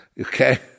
Okay